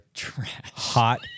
hot